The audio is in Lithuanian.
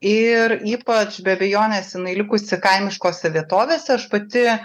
ir ypač be abejonės jinai likusi kaimiškose vietovėse aš pati